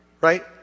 Right